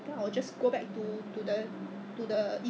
你家对面有 collection point 怎么讲他在